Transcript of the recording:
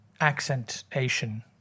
accentation